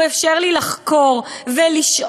הוא אפשר לי לחקור ולשאול,